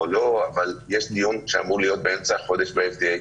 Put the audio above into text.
יש דיון שאמור להיות באמצע החודש ב-FDA,